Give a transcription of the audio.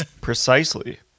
Precisely